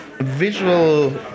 Visual